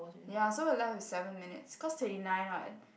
ya so we left with seven minutes cause thirty nine [what]